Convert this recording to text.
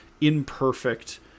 imperfect